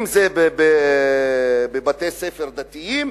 אם בבתי-ספר דתיים,